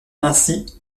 ainsi